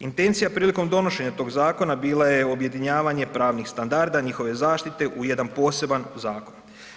Intencija prilikom donošenja tog zakona bila je objedinjavanje pravnih standarda i njihove zaštite u jedan poseban zakon.